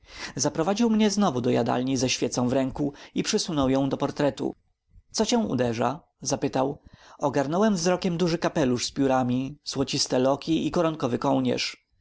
zaprowadził mnie znowu do jadalni ze świecą w ręku i przysunął ją do portretu co cię uderza zapytał ogarnąłem wzrokiem duży kapelusz z piórami złociste loki i koronkowy kołnierz